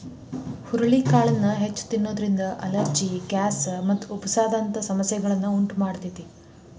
ಹುರಳಿಕಾಳನ್ನ ಹೆಚ್ಚ್ ತಿನ್ನೋದ್ರಿಂದ allergy, gas ಮತ್ತು ಉಬ್ಬಸ ದಂತ ಸಮಸ್ಯೆಗಳನ್ನ ಉಂಟಮಾಡ್ತೇತಿ